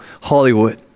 Hollywood